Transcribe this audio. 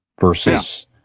versus